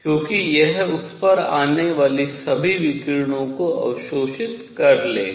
क्योंकि यह उस पर आने वाले सभी विकिरणों को अवशोषित कर लेगा